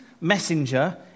Messenger